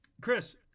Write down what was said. Chris